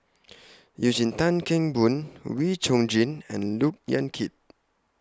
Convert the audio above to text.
Eugene Tan Kheng Boon Wee Chong Jin and Look Yan Kit